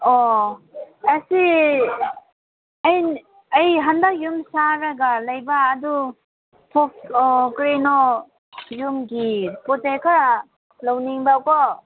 ꯑꯣ ꯑꯁꯤ ꯑꯩ ꯍꯟꯗꯛ ꯌꯨꯝ ꯁꯥꯔꯒ ꯂꯩꯕ ꯑꯗꯨ ꯀꯔꯤꯅꯣ ꯌꯨꯝꯒꯤ ꯄꯣꯠ ꯆꯩ ꯈꯔ ꯂꯧꯅꯤꯡꯕ ꯀꯣ